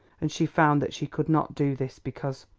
and she found that she could not do this because,